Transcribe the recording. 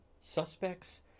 suspects